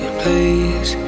please